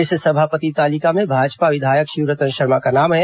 इस सभापति तालिका में भाजपा विधायक शिवरतन शर्मा का नाम है